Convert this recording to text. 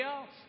else